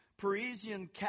Parisian